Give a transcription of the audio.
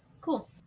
Cool